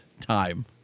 time